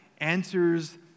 answers